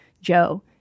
Joe